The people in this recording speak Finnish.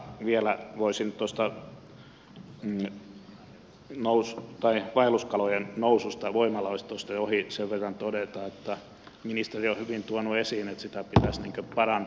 vielä voisin vaelluskalojen noususta voimalaitosten ohi sen verran todeta että ministeri on hyvin tuonut esiin että sitä pitäisi parantaa